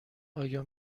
آیا